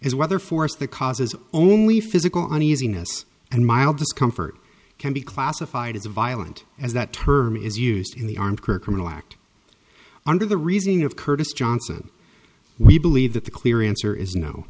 is whether force the causes only physical uneasiness and mild discomfort can be classified as violent as that term is used in the armed criminal act under the reasoning of curtis johnson we believe that the clear answer is no